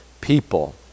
people